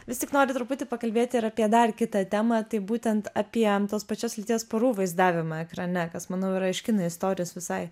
vis tik norisi truputį pakalbėti ir apie dar kitą temą tai būtent apie tos pačios lyties porų vaizdavimą ekrane kas manau yra iš kino istorijos visai